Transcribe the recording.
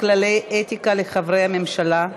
כללי אתיקה לחברי הממשלה),